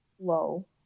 low